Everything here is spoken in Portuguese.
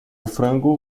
frango